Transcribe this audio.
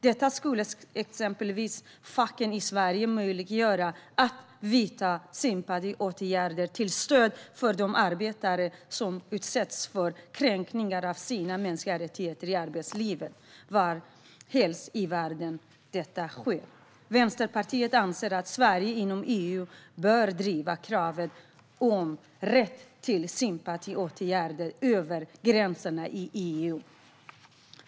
Detta skulle exempelvis ge facken i Sverige möjlighet att vidta sympatiåtgärder till stöd för de arbetare som utsätts för kränkningar av sina mänskliga rättigheter i arbetslivet varhelst i världen detta sker. Vänsterpartiet anser att Sverige inom EU bör driva kravet på rätt till sympatiåtgärder över gränserna i EU.